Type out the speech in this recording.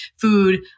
food